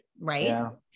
right